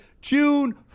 june